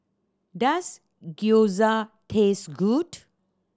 does Gyoza taste good